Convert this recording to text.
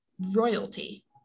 royalty